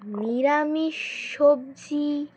নিরামিষ সবজি